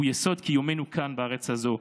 הוא יסוד קיומנו כאן בארץ הזו,